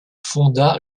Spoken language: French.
fonda